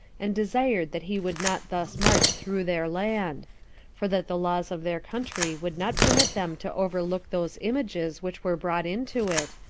and desired that he would not thus march through their land for that the laws of their country would not permit them to overlook those images which were brought into it,